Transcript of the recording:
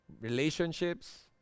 relationships